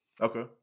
Okay